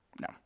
No